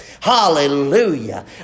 Hallelujah